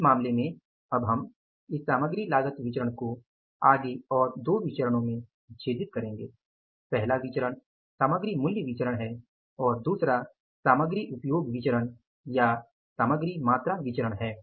इस मामले में अब हम इस सामग्री लागत विचरण को आगे और दो विचरणों में विच्छेदित करेंगे पहला विचरण सामग्री मूल्य विचरण है और दूसरा सामग्री उपयोग विचरण या सामग्री मात्रा विचरण है